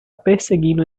perseguindo